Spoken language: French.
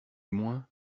moins